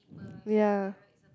ya